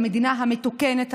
במדינה המתוקנת,